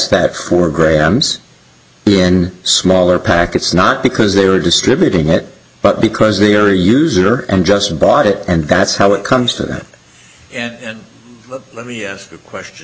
that four grams in smaller packets not because they were distributing it but because they are user and just bought it and that's how it comes to that and let me ask the question